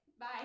Bye